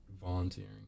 volunteering